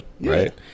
right